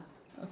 okay